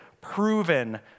proven